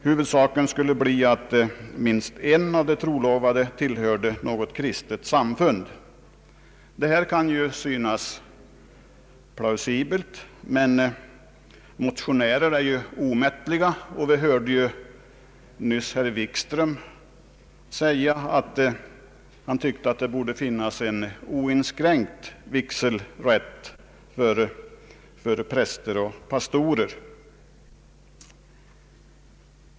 Huvudsaken skulle bli att minst en av de trolovade tillhörde något kristet samfund. Det här kan synas plausibelt, men motionärer är ju omättliga. Vi hörde nyss herr Wikström säga att han tycker att det borde finnas en oinskränkt vigselrätt för präster och pastorer.